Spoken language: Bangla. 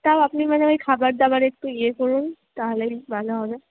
তাও আপনি মানে ওই যদি খাবার দাবারে একটু ইয়ে করুন তাহলেই ভালো হবে